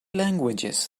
languages